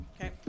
Okay